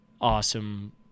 awesome